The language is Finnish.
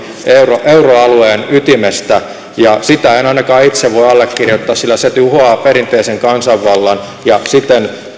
euroalueen ytimestä sitä en ainakaan itse voi allekirjoittaa sillä se tuhoaa perinteisen kansanvallan ja siten